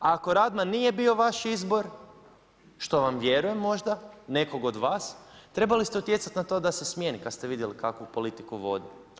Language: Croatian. Ako Radman nije bio vaš izbor što vam vjerujem možda, nekog od vas, trebali ste utjecati na to da se smijeni kada ste vidjeli kakvu politiku vodi.